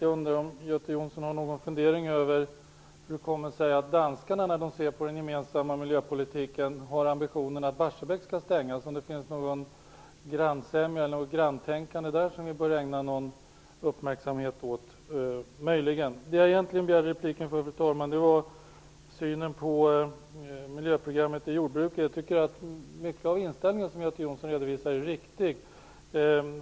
Jag undrar om Göte Jonsson har några funderingar om hur det kommer sig att danskarna när det gäller den gemensamma miljöpolitiken har ambitionen att Barsebäck skall stängas. Finns det möjligen något granntänkande eller någon grannsämja där som vi bör ägna någon uppmärksamhet? Vad jag egentligen begärde replik för var Göte Jonssons syn på miljöprogrammet i jordbruket. Jag tycker att den inställning som Göte Jonsson redovisar till stor del är riktig.